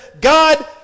God